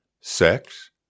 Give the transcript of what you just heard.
sex